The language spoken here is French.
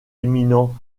éminents